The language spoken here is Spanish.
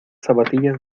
zapatillas